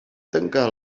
tancar